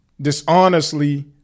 dishonestly